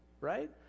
right